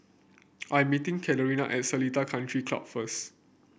I'm meeting Catherine at Seletar Country Club first